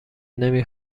نمی